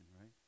right